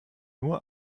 nur